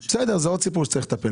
בסדר, זה עוד סיפור שצריך לטפל